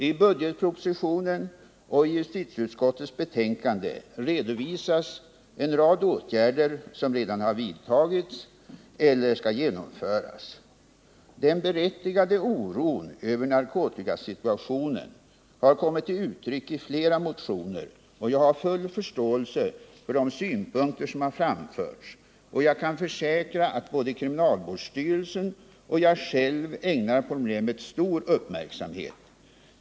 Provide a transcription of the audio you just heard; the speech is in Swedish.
I budgetpropositionen och i justitieutskottets betänkande redovisas en rad åtgärder som redan har vidtagits eller skall genomföras. Den berättigade oron över narkotikasituationen har kommit till uttryck i flera motioner. Jag har full förståelse för de synpunkter som har framförts, och jag kan försäkra att både kriminalvårdsstyrelsen och jag själv ägnar problemet stor uppmärksamhet.